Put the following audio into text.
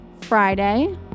Friday